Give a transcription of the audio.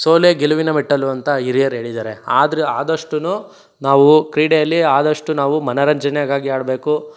ಸೋಲೆ ಗೆಲುವಿನ ಮೆಟ್ಟಿಲು ಅಂತ ಹಿರಿಯರು ಹೇಳಿದ್ದಾರೆ ಆದರೆ ಆದಷ್ಟೂ ನಾವು ಕ್ರೀಡೆಯಲ್ಲಿ ಆದಷ್ಟು ನಾವು ಮನೋರಂಜನೆಗಾಗಿ ಆಡಬೇಕು